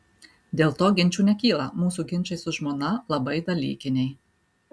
dėl to ginčų nekyla mūsų ginčai su žmona labai dalykiniai